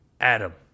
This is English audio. Adam